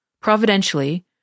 Providentially